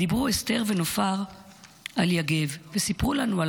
דיברו אסתר ונופר על יגב וסיפרו לנו על